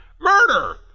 murder